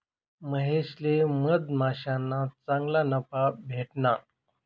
महेशले मधमाश्याना चांगला नफा भेटना